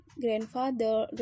grandfather